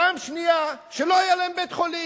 פעם שנייה, שלא יהיה להם בית-חולים,